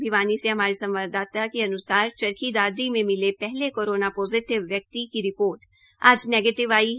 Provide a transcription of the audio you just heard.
भिवानी से हमारे संवाददाता के अनुसार चरखी दादरी में मिले पहले कोरोपा पोजिटिव व्यक्ति की रिपोर्ट नेगीटिव आई है